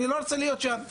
אני לא רוצה להיות שם.